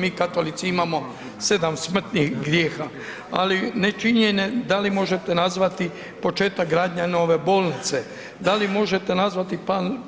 Mi katolici imamo sedam smrtnih grijeha, ali ne činjenje da li možete nazvati početak gradnje nove bolnice, da li možete nazvati